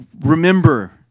remember